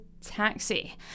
Taxi